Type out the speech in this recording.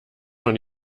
man